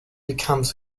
becomes